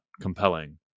compelling